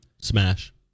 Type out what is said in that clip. smash